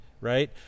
right